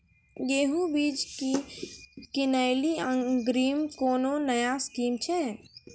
गेहूँ बीज की किनैली अग्रिम कोनो नया स्कीम छ?